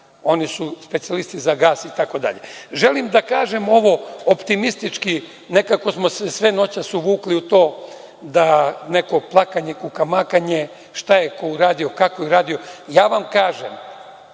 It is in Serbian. Oni su specijalisti za gas itd. Želim da kažem ovo optimistički, nekako smo se noćas uvukli u to neko plakanje, kukumakanje, šta je ko uradio, kako je uradio, ja vam kažem,